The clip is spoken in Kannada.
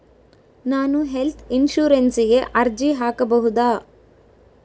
ನಾನು ಹೆಲ್ತ್ ಇನ್ಶೂರೆನ್ಸಿಗೆ ಅರ್ಜಿ ಹಾಕಬಹುದಾ?